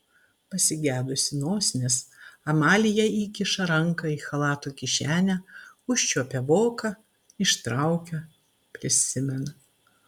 pasigedusi nosinės amalija įkiša ranką į chalato kišenę užčiuopia voką ištraukia prisimena